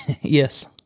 yes